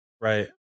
Right